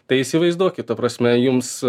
tai įsivaizduokit ta prasme jums